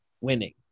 Winning